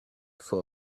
for